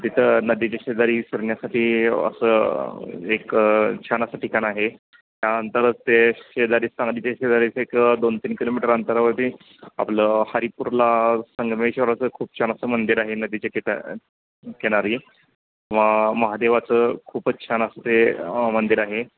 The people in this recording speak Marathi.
तिथं नदीच्या शेजारी फिरण्यासाठी असं एक छान असं ठिकाण आहे त्यानंतरच ते शेजारीच सांगलीच्या शेजारी एक दोन तीन किलोमीटर अंतरावरती आपलं हरिपूरला संगमेश्वराचं खूप छान असं मंदिर आहे नदीच्या तिथं किनारी व महादेवाचं खूपच छान असं ते मंदिर आहे